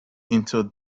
into